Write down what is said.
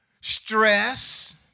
Stress